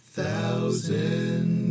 Thousand